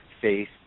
face